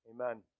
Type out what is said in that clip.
Amen